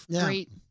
great